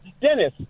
Dennis